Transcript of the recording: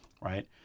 right